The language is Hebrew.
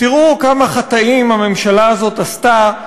תראו כמה חטאים הממשלה הזאת עשתה,